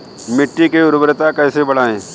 मिट्टी की उर्वरता कैसे बढ़ाएँ?